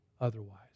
otherwise